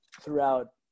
throughout